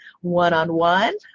one-on-one